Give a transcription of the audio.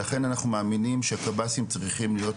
ולכן אנחנו מאמינים שקב"סים צריכים להיות